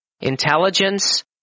intelligence